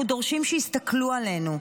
אנחנו דורשים שיסתכלו עלינו,